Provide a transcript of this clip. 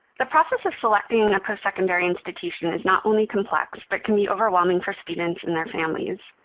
the process of selecting a postsecondary institution is not only complex but can be overwhelming for students and their families.